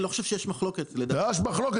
אני לא חושב שיש מחלוקת לדעתי --- יש מחלוקת,